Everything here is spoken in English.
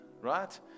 right